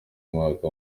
umwaka